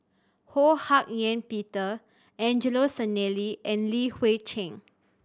Ho Hak Ean Peter Angelo Sanelli and Li Hui Cheng